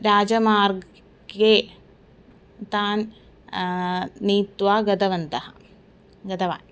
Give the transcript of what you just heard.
राजमार्गे तान् नीत्वा गतवन्तः गतवान्